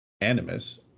animus